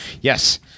Yes